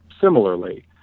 similarly